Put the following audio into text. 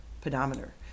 pedometer